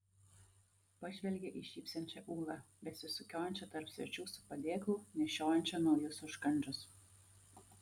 pažvelgė į šypsančią ūlą besisukiojančią tarp svečių su padėklu nešiojančią naujus užkandžius